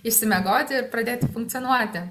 išsimiegoti ir pradėti funkcionuoti